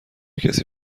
کسی